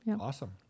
Awesome